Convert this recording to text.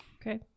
Okay